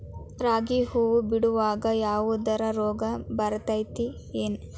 ರಾಗಿ ಹೂವು ಬಿಡುವಾಗ ಯಾವದರ ರೋಗ ಬರತೇತಿ ಏನ್?